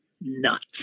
nuts